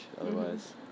otherwise